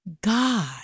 God